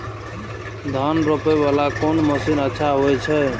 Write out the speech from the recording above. धान रोपे वाला कोन मशीन अच्छा होय छे?